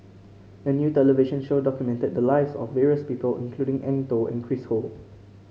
a new television show documented the lives of various people including Eng Tow and Chris Ho